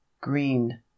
Green